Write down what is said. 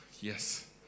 Yes